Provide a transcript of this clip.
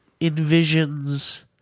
envisions